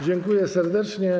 Dziękuję serdecznie.